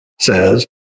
says